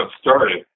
started